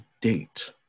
date